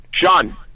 Sean